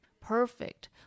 perfect